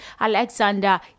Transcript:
alexander